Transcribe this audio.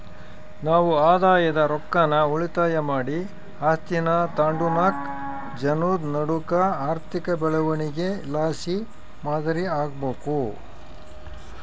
ನಾವು ಆದಾಯದ ರೊಕ್ಕಾನ ಉಳಿತಾಯ ಮಾಡಿ ಆಸ್ತೀನಾ ತಾಂಡುನಾಕ್ ಜನುದ್ ನಡೂಕ ಆರ್ಥಿಕ ಬೆಳವಣಿಗೆಲಾಸಿ ಮಾದರಿ ಆಗ್ಬಕು